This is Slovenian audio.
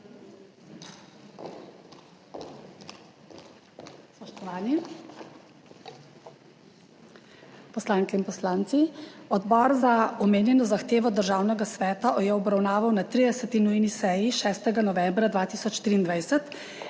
Spoštovane poslanke in poslanci! Odbor je omenjeno zahtevo Državnega sveta obravnaval na 30. nujni seji 6. novembra 2023,